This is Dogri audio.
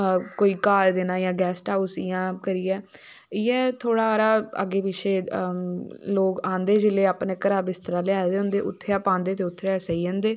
कोई घर देना जें गैस्ट हाऊस इयां करियै इयै थोह्ड़ा हारा अग्गे पिछे लोग आंदे जेल्ले अपने घरा बिस्तरा लेआए दे होंदे उत्थे गै पांदे ते उत्थे गै सेई जंदे